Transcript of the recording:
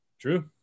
True